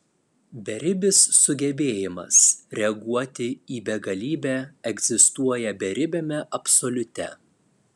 beribis sugebėjimas reaguoti į begalybę egzistuoja beribiame absoliute